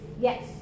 Yes